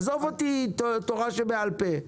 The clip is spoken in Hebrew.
עזוב אותי מהתורה שבעל פה ורגשות.